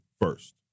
first